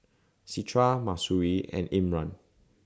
Citra Mahsuri and Imran